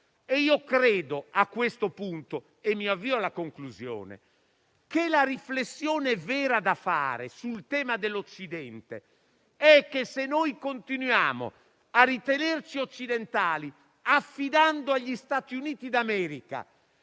Credo a questo punto - e mi avvio alla conclusione - che la riflessione vera da fare sul tema dell'Occidente è che, se continuiamo a ritenerci occidentali, affidando agli Stati Uniti d'America